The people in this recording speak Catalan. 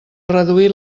reduir